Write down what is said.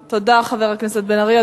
תודה, חבר הכנסת בן-ארי.